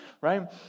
right